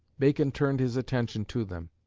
bacon turned his attention to them.